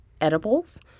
edibles